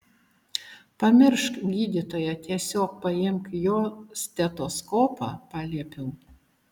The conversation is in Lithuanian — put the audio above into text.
pamiršk gydytoją tiesiog paimk jo stetoskopą paliepiau